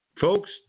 Folks